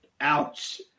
Ouch